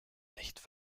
nicht